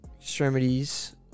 Extremities